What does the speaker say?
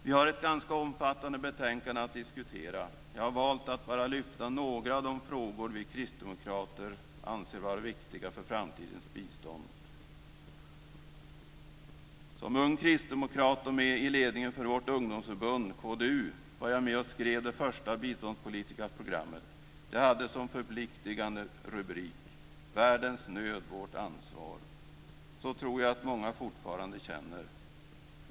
Vi har ett ganska omfattande betänkande att diskutera men jag har valt att lyfta fram bara några av de frågor som vi kristdemokrater anser vara viktiga för framtidens bistånd. Som ung kristdemokrat, och med i ledningen för vårt ungdomsförbund KDU, var jag med och skrev det första biståndspolitiska programmet. Jag hade som förpliktande rubrik Världens nöd - vårt ansvar. Så tror jag att många fortfarande känner.